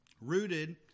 Rooted